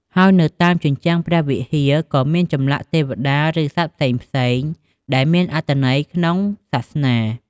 ហើយនៅតាមជញ្ជាំងព្រះវិហាក៏មានចម្លាក់ទេវតា ឬសត្វផ្សេងៗ ដែលមានអត្ថន័យលក្នុងសាសនា។